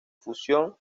fusión